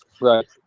Right